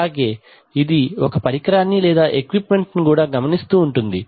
అలాగే ఇది ఒక పరికరాన్ని లేదా ఎక్విప్మెంట్ ను కూడా గమనిస్తూ ఉంటుంది